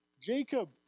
Jacob